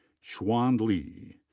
xuan li.